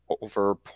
over